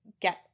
get